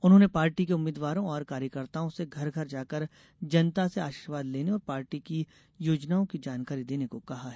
उन्होंने पार्टी के उम्मीदवारों और कार्यकर्ताओ से घर घर जाकर जनता से आशीर्वाद लेने और पार्टी की योजनाओं की जानकारी देने को कहा है